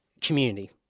community